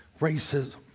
racism